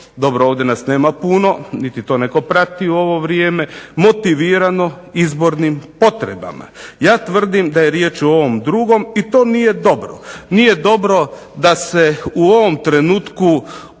dobro ovdje nas nema puno niti to netko prati u ovo vrijeme, motivirano izbornim potrebama. Ja tvrdim da je riječ o ovom drugom i to nije dobro. Nije dobro da se u ovom trenutku ovaj